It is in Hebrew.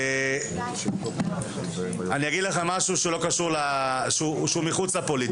אלימות וגזענות הן אלימות וגזענות וזה בכלל לא משנה את מי אני